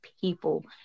people